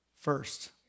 first